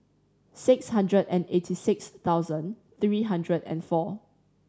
six hundred and eighty six thousand three hundred and four